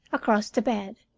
across the bed,